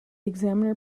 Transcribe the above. examiner